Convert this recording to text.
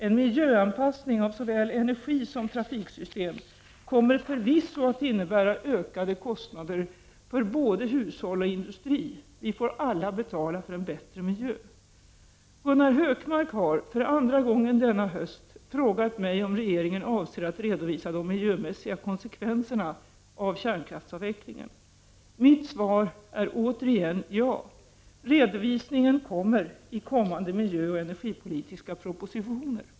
En miljöanpassning av såväl energisom trafiksystem kommer förvisso att innebära ökade kostnader för både hushåll och industri. Vi får alla betala för en bättre miljö. Gunnar Hökmark har, för andra gången denna höst, frågat mig om regeringen avser att redovisa de miljömässiga konsekvenserna av kärnkraftsavvecklingen. Mitt svar är återigen ja! Redovisningen kommer i kommande miljöoch energipolitiska propositioner!